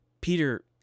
Peter